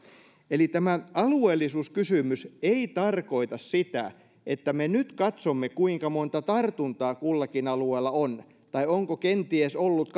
eli tämä alueellisuuskysymys ei tarkoita sitä että me nyt katsomme kuinka monta tartuntaa kullakin alueella on tai onko kenties ollut